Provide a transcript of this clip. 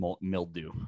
mildew